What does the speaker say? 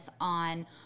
on